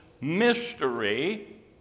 mystery